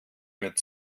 mit